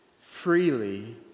freely